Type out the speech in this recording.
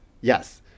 yes